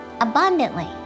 abundantly